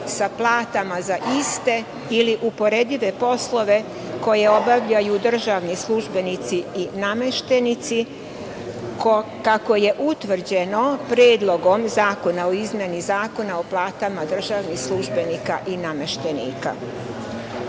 sa platama za iste ili uporedive poslove koje obavljaju državni službenici i nameštenici, a kako je utvrđeno Predlogom zakona o izmeni Zakona o platama državnih službenika i nameštenika? Od